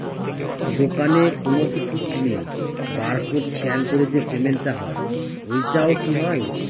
দোকানে কোনো কিছু কিনে বার কোড স্ক্যান করে যে পেমেন্ট টা হয় ওইটাও কি হয়?